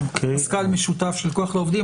מזכ"ל משותף של "כוח לעובדים".